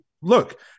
look